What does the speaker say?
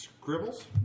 Scribbles